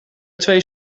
twee